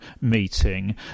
meeting